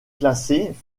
classés